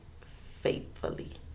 faithfully